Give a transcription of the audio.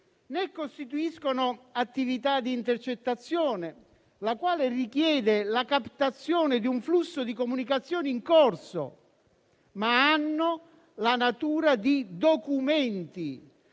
né costituiscono attività di intercettazione, la quale richiede la captazione di un flusso di comunicazioni in corso, ma hanno la natura di documenti,